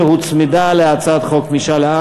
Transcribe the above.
שהוצמדה להצעת חוק-יסוד: